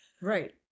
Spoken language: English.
Right